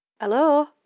Hello